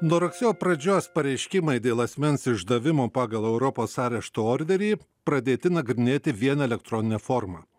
nuo rugsėjo pradžios pareiškimai dėl asmens išdavimo pagal europos arešto orderį pradėti nagrinėti viena elektronine forma